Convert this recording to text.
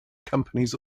companies